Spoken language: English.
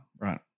Right